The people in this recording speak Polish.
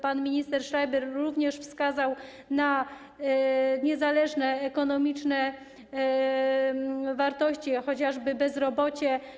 Pan minister Schreiber również wskazał na niezależne ekonomiczne wartości, jak chociażby bezrobocie.